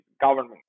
government